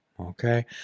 okay